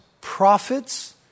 prophets